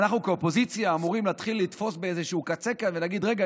אנחנו כאופוזיציה אמורים להתחיל לתפוס באיזשהו קצה ולהגיד: רגע,